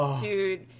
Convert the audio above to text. dude